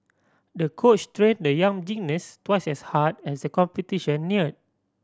the coach trained the young gymnast twice as hard as the competition neared